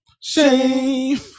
Shame